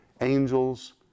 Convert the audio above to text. angels